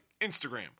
Instagram